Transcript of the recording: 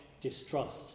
distrust